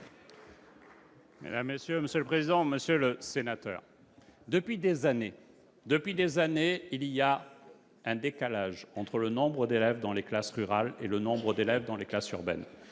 des relations avec le Parlement. Monsieur le sénateur, depuis des années, il y a un décalage entre le nombre d'élèves dans les classes rurales et le nombre d'élèves dans les classes urbaines,